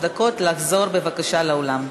נכבדים,